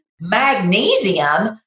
magnesium